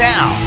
Now